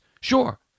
Sure